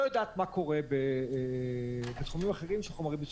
יודעת מה קורה באירועים אחרים של חומרים מסוכנים.